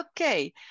okay